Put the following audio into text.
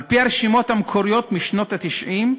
על-פי הרשימות המקוריות, משנות ה-90,